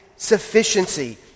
Sufficiency